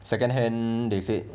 second hand they said